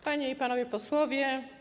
Panie i Panowie Posłowie!